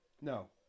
No